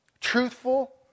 Truthful